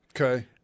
Okay